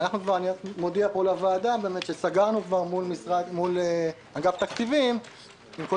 אני מודיע פה לוועדה שסגרנו כבר מול אגף התקציבים עם כל